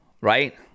right